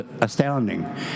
astounding